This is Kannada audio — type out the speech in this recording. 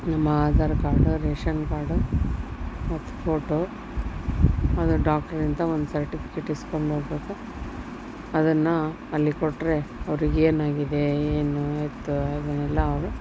ನಮ್ಮ ಆಧಾರ್ ಕಾರ್ಡು ರೇಷನ್ ಕಾರ್ಡು ಮತ್ತು ಫೋಟೋ ಮತ್ತು ಡಾಕ್ಟರ್ಲಿಂದ ಒಂದು ಸರ್ಟಿಫಿಕೇಟ್ ಇಸ್ಕೊಂಡು ಹೋಗ್ಬೇಕು ಅದನ್ನು ಅಲ್ಲಿ ಕೊಟ್ಟರೆ ಅವ್ರಿಗೆ ಏನಾಗಿದೆ ಏನು ಎತ್ತ ಅದನ್ನೆಲ್ಲ ಅವರು